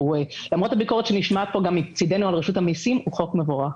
למרות הביקורת שנשמעת פה גם מצידנו על רשות המיסים הוא חוק מבורך.